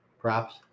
Props